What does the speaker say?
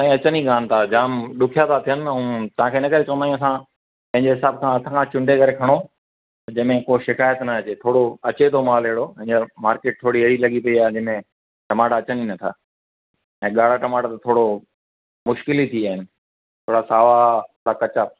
साईं अचनि ई कोन्ह था जाम ॾुखिया था थियन तव्हांखे इन करे चवंदा आहियूं असां पंहिंजे हिसाब सां हथ सां चूंडे करे खणो जंहिंमें को शिकाइत न अचे थोरो अचे थो माल अहिड़ो हीअंर मार्केट थोरी अहिड़ी लॻी पई आहे जंहिंमें टमाटा अचनि ई नथा ऐं ॻाढ़ा टमाटा त थोरो मुश्किल ई थी विया आहिनि थोरा सावा थोरा कच्चा